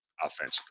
offensively